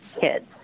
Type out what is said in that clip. kids